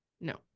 No